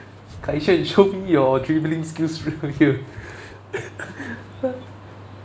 kai sheng show me your dribbling skills here